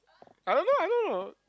I don't know I don't know